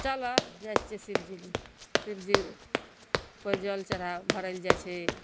चलऽ जाइ छियै शिवजी शिवजी कोइ जल चढ़ाब भरै लए जाइ छै